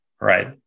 right